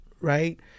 right